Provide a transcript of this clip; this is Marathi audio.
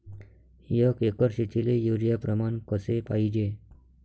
एक एकर शेतीले युरिया प्रमान कसे पाहिजे?